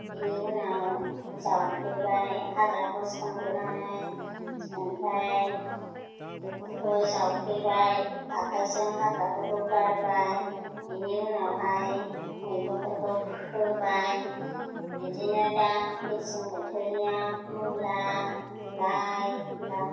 बेनि उनाव जावफ्लेबाय हाग्राखौ सनग्रोनानै ओमफ्राय बेखौ जावफ्लेबाय आखाइजों हाग्राफोरखौ गारबाय बिनि उनावहाय मैगंफोरखौ फोबाय बिदिनो दा मेसें बोथोरनिया मुला लाइ लाफा